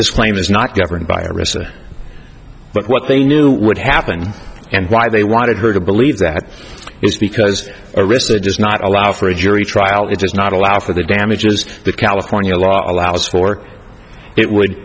this claim is not governed by russia but what they knew would happen and why they wanted her to believe that is because arista does not allow for a jury trial it does not allow for the damages the california law allows for it would